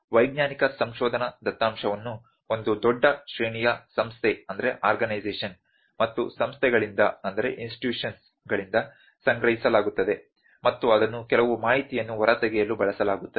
ಆದ್ದರಿಂದ ವೈಜ್ಞಾನಿಕ ಸಂಶೋಧನಾ ದತ್ತಾಂಶವನ್ನು ಒಂದು ದೊಡ್ಡ ಶ್ರೇಣಿಯ ಸಂಸ್ಥೆ ಮತ್ತು ಸಂಸ್ಥೆಗಳಿಂದ ಸಂಗ್ರಹಿಸಲಾಗುತ್ತದೆ ಮತ್ತು ಅದನ್ನು ಕೆಲವು ಮಾಹಿತಿಯನ್ನು ಹೊರತೆಗೆಯಲು ಬಳಸಲಾಗುತ್ತದೆ